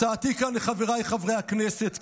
הצעתי כאן לחבריי חברי הכנסת,